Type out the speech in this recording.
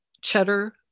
cheddar